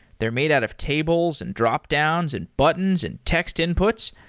they're made out of tables and dropdowns and buttons and text inputs.